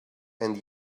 end